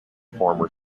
former